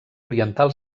oriental